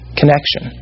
connection